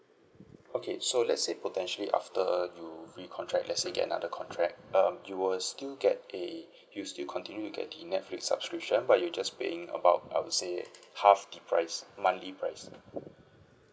okay so let's say potentially after you recontract let's say you get another contract um you will still get the if you still continue you'll get netflix subscription just paying about I would saying half the price monthly price